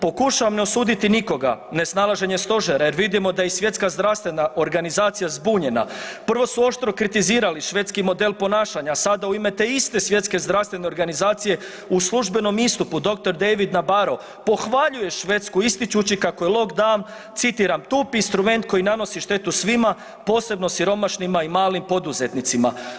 Pokušavam ne osuditi nikoga, nesnalaženje stožera jer vidimo da je i Svjetska zdravstvena organizacija zbunjena, prvo su oštro kritizirali švedski model ponašanja, sada u ime te iste Svjetske zdravstvene organizacije u službenom istupu dr. David Nabarro pohvaljuje Švedsku ističući kako je lockdown citiram „tup instrument koji nanosi štetu svima, posebno siromašnima i malim poduzetnicima“